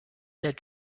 that